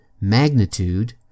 magnitude